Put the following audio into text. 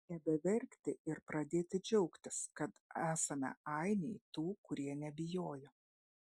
nebeverkti ir pradėti džiaugtis kad esame ainiai tų kurie nebijojo